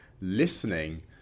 listening